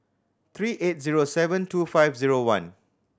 three eight zero seven two five zero one